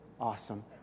Awesome